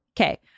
Okay